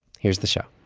here's the show